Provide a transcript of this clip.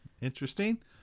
Interesting